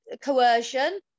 coercion